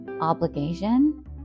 obligation